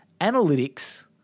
analytics